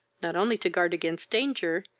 not only to guard against danger,